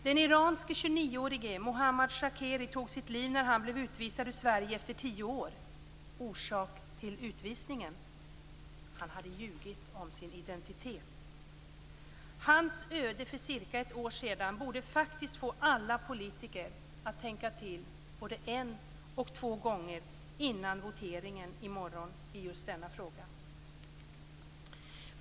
Den iranske 29-årige Mohammad Shakeri tog sitt liv när han skulle utvisas ur Sverige efter tio år. Orsak till utvisningen: Han hade ljugit om sin identitet. Hans öde för cirka ett år sedan borde faktiskt få alla politiker att tänka till både en och två gånger innan voteringen i morgon i just denna fråga.